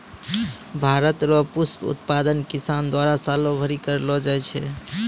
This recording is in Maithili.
भारत रो पुष्प उत्पादन किसान द्वारा सालो भरी करलो जाय छै